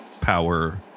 Power